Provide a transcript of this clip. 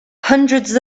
hundreds